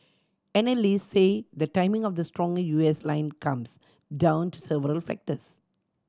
analysts say the timing of the stronger U S line comes down to several factors